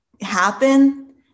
happen